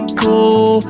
cool